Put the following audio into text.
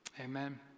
Amen